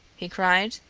he cried.